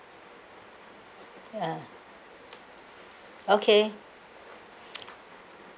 uh okay